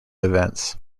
events